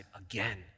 again